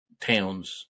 towns